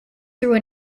through